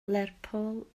lerpwl